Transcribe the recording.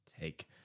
take